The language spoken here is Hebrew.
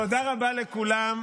תודה רבה לכולם.